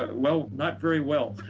but well, not very well.